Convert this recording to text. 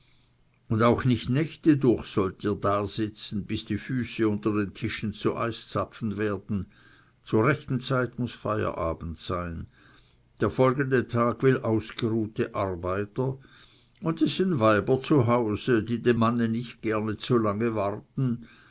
und auch nicht nächte durch sollt ihr da sitzen bis die füße unter den tischen zu eiszapfen werden zur rechten zeit muß feierabend sein der folgende tag will ausgeruhte arbeiter und es sind weiber zu hause die dem manne nicht gerne zu lange warten